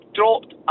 dropped